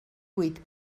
vuit